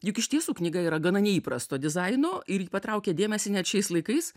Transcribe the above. juk iš tiesų knyga yra gana neįprasto dizaino ir patraukia dėmesį net šiais laikais